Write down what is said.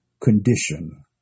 condition